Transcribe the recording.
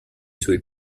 suoi